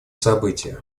события